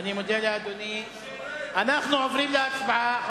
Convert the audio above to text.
אנחנו עוברים להצבעה.